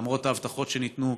למרות ההבטחות שניתנו,